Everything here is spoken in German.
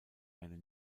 eine